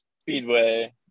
speedway